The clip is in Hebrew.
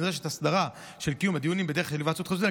ונדרשת הסדרה של קיום הדיונים בדרך של היוועדות חזותית.